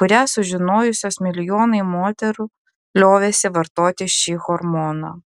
kurią sužinojusios milijonai moterų liovėsi vartoti šį hormoną